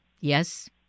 Yes